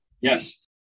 yes